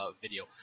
video